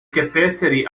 capacity